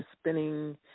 spinning